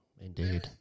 indeed